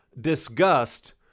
disgust